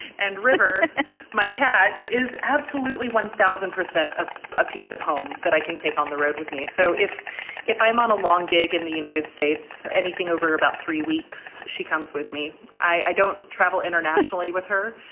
and written my cat is absolutely one thousand percent ah a piece of home that i can take on the road with me. so if if i'm on a long gig in the united states, anything over about three weeks, she comes with me. i don't travel internationally with her.